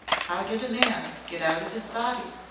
how did a man get out of his body?